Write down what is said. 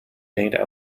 made